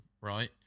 right